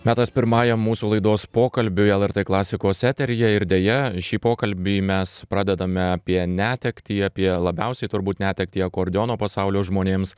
metas pirmajam mūsų laidos pokalbiui lrt klasikos eteryje ir deja šį pokalbį mes pradedame apie netektį apie labiausiai turbūt netektį akordeono pasaulio žmonėms